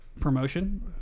promotion